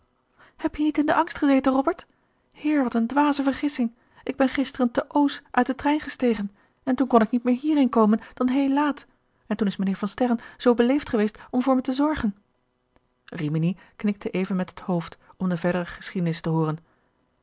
heb je niet in den angst gezeten robert heer wat een dwaze vergissing ik ben gisteren te oos uit den trein gestegen en toen kon ik niet meer hierheen komen dan heel laat en toen is mijnheer van sterren zoo beleefd geweest om voor me te zorgen rimini knikte even met het hoofd om de verdere geschiedenis te hooren